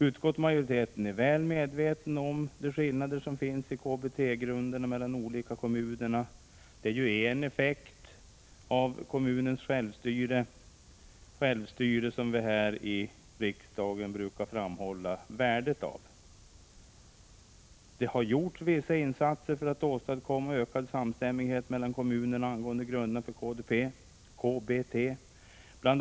Utskottsmajoriteten är väl medveten om de skillnader som finns i KBT-grunderna mellan olika kommuner. Det är en effekt av det kommunala självstyret, vars värde vi här i riksdagen brukar framhålla. Man har gjort vissa insatser för att åstadkomma en ökad samstämmighet mellan kommunerna angående grunderna för KBT. Bl.